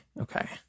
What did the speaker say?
Okay